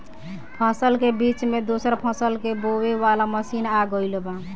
फसल के बीच मे दोसर फसल के बोवे वाला मसीन आ गईल बा